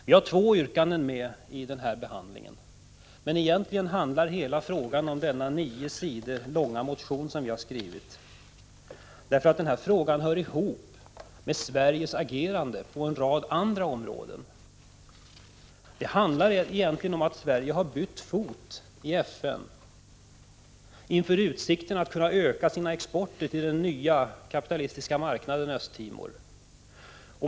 Vi har två yrkanden i vår reservation, men egentligen handlar det hela om den nio sidor långa motion som vi skrivit. Den här frågan hör ihop med Sveriges agerande på en rad andra områden. Det handlar om att Sverige har bytt fot i FN inför utsikten att kunna öka sina exporter till den nya kapitalistiska marknaden Östra Timor.